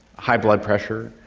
high blood pressure.